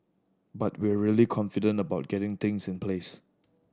but we're really confident about getting things in place